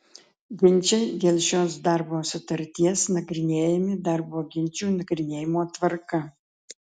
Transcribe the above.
ginčai dėl šios darbo sutarties nagrinėjami darbo ginčų nagrinėjimo tvarka